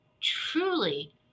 truly